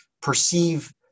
perceive